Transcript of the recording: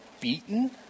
beaten